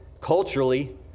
culturally